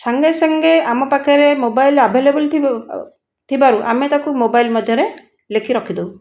ସଙ୍ଗେ ସଙ୍ଗେ ଆମ ପାଖରେ ମୋବାଇଲ ଆଭେଲେବଲ୍ ଥିବାରୁ ଆମେ ତାକୁ ମୋବାଇଲ ମଧ୍ୟରେ ଲେଖି ରଖିଦେଉ